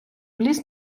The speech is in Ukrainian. ліс